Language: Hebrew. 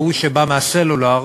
ההוא שבא מהסלולר,